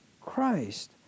Christ